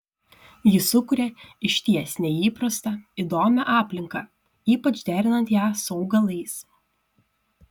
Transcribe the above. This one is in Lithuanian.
ji sukuria išties neįprastą įdomią aplinką ypač derinant ją su augalais